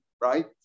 right